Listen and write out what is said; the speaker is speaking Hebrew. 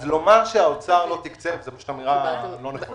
אז לומר שהאוצר לא תקצב זו אמירה לא נכונה.